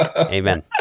Amen